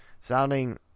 sounding